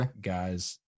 guys